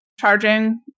charging